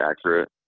accurate